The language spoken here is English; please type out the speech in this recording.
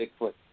Bigfoot